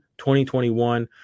2021